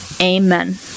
Amen